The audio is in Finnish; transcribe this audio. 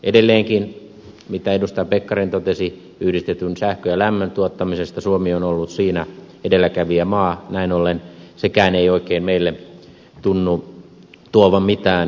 edelleenkin kuten edustaja pekkarinen totesi yhdistetyn sähkön ja lämmön tuottamisesta suomi on ollut siinä edelläkävijämaa näin ollen sekään ei oikein meille tunnu tuovan mitään uutta